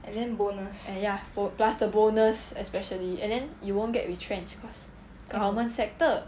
and ya plus the bonus especially and then you won't get retrenched cause government sector